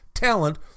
Talent